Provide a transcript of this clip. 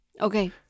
okay